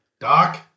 Doc